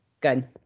good